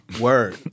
Word